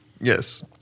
Yes